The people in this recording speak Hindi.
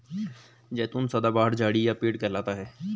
जैतून सदाबहार झाड़ी या पेड़ कहलाता है